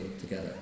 together